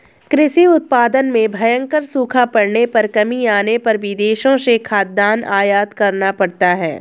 कृषि उत्पादन में भयंकर सूखा पड़ने पर कमी आने पर विदेशों से खाद्यान्न आयात करना पड़ता है